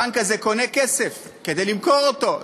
הבנק הזה קונה כסף כדי למכור אותו,